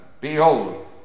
Behold